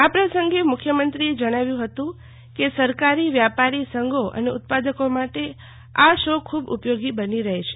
આ પ્રસંગે મુખ્યમંત્રીએ જણાવ્યું હતું કે સરકારી વ્યાપારી સંઘો અને ઉત્પાદકો માટે આ શો ખૂબ ઉપયોગી બની રહેશે